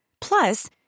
Plus